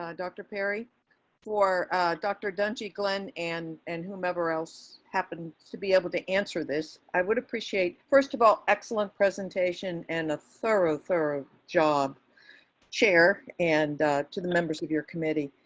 ah dr. perry for dr dungey glenn and and whomever else happened to be able to answer this, i would appreciate. first of all, excellent presentation and a thorough. thorough job chair and maureenlally-green to the members of your committee.